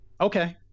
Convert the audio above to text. Okay